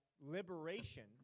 liberation